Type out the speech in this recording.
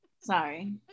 sorry